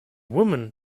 woman